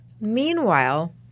meanwhile